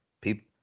people